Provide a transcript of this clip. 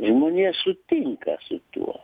žmonija sutinka su tuo